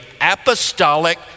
apostolic